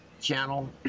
channel